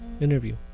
interview